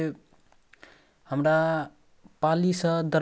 तऽ हम सब जे कोनो भी चीज औडर करै छी